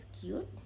cute